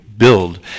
build